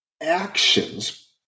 actions